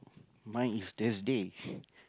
mine is Thursday